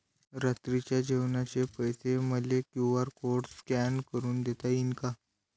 रात्रीच्या जेवणाचे पैसे मले क्यू.आर कोड स्कॅन करून देता येईन का?